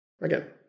again